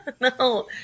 No